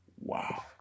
Wow